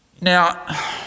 now